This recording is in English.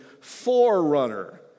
forerunner